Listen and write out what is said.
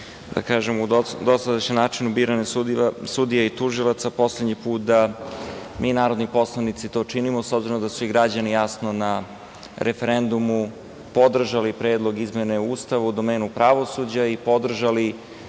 da kažem, u dosadašnjem načinu biranje sudija i tužilaca, poslednji put da mi narodni poslanici to činimo, s obzirom da su i građani jasno na referendumu podržali predlog izmene Ustava u domenu pravosuđa i podržali